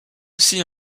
aussi